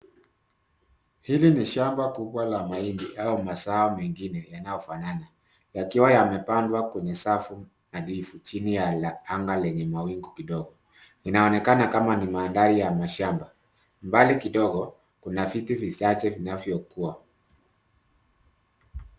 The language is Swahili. Hili ni shamba kubwa la mahindi au mazao mengine yanayofanana yakiwa yamepandwa kwenye safu nadhifu chini ya anga lenye mawingu kidogo. Inaonekana kama ni mandhari ya mashamba. Mbali kidogo kuna vitu vichache vinavyokua.